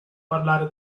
parlare